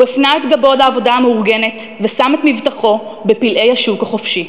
הוא הפנה את גבו לעבודה המאורגנת ושם את מבטחו בפלאי השוק החופשי.